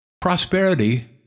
Prosperity